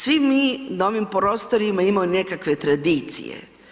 Svi mi na ovim prostorima imamo nekakve tradicije.